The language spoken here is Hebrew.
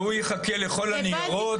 והוא יחכה לכל הניירות,